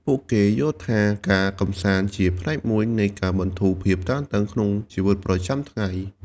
ពួកគេយល់ថា ការកម្សាន្តជាផ្នែកមួយនៃការបន្ធូរភាពតានតឹងក្នុងជីវិតប្រចាំថ្ងៃ។